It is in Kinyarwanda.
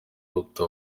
uruta